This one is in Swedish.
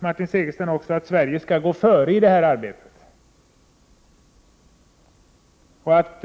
Martin Segerstedt sade å andra sidan att Sverige skall gå före i det här arbetet och att